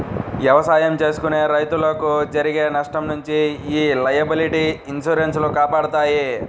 ఎవసాయం చేసుకునే రైతులకు జరిగే నష్టం నుంచి యీ లయబిలిటీ ఇన్సూరెన్స్ లు కాపాడతాయి